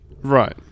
Right